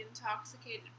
intoxicated